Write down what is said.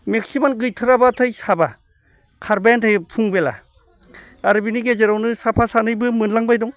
maximum गैथाराब्लाथाय साबा खारबायानो थायो फुं बेला आरो बिनि गेजेरावनो साफा सानैबो मोनलांबाय दं